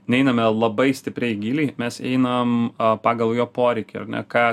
neiname labai stipriai giliai mes einam pagal jo poreikį ar ne ką